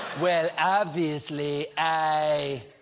well, obviously, i.